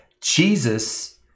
Jesus